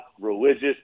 religious